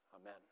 Amen